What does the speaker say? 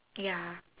ya